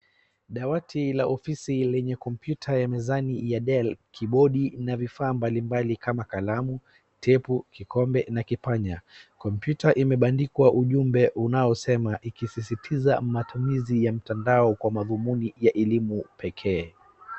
Dawati la ofisi lenye kompyuta ya mezani Ya Dell, kibodi na vifaa mbalimbali kama kalamu, tepu, kikombe na kipanya. Kompyuta imebandikwa ujumbe unaosema ikisisitiza matumizi ya mtandao kwa madhumuni ya elimu pekee.